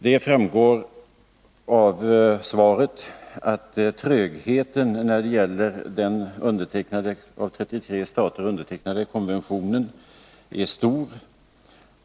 Det framgår av svaret att trögheten bland de 33 stater som undertecknade konventionen är stor.